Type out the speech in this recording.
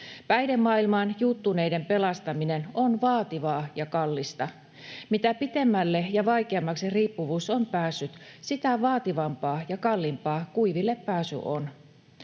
Päihdemaailmaan juuttuneiden pelastaminen on vaativaa ja kallista. Mitä pitemmälle ja vaikeammaksi riippuvuus on päässyt, sitä vaativampaa ja kalliimpaa kuiville pääsy on.